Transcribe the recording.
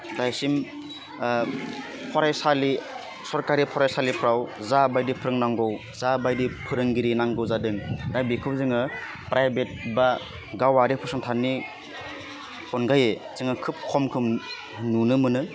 दासिम फरायसालि सरखारि फरायसालिफ्राव जा बायदि फोरोंनांगौ जा बायदि फोरोंगिरि नांगौ जादों दा बेखौ जोङो प्राइभेट बा गावारि फसंथाननि अनगायै जोङो खोब खम खम नुनो मोनो